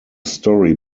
story